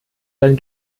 dann